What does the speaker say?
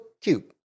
cute